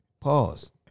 Pause